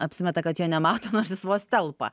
apsimeta kad jo nemato nors jis vos telpa